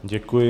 Děkuji.